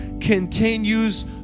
continues